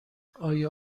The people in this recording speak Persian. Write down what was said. آیا